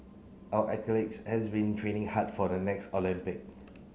our athletes has been training hard for the next Olympic